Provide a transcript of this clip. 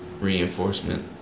Reinforcement